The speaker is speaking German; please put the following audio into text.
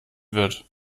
wird